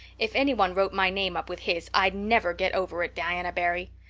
if anyone wrote my name up with his i'd never get over it, diana barry.